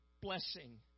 blessing